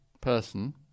person